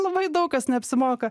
labai daug kas neapsimoka